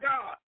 God